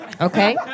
okay